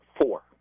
Four